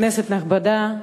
כנסת נכבדה,